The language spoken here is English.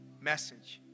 message